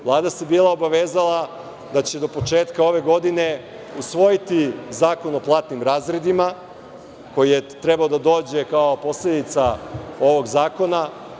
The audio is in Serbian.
Vlada se bila obavezala da će do početka ove godine usvojiti zakon o platnim razredima, koji je trebao da dođe kao posledica ovog zakona.